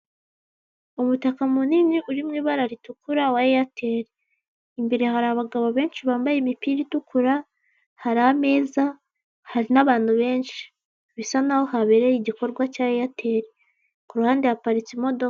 Umutaka munini uri m'ibara ritukura wa eyateri imbere hari abagabo benshi bambaye imipira itukura hari ameza hari n'abantu benshi bisa naho habereye igikorwa cya eyateri kuru ruhande haparitse imodoka.